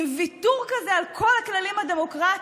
עם ויתור כזה על כל הכללים הדמוקרטיים,